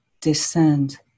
descend